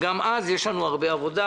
גם אז יש לנו הרבה עבודה,